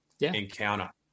encounter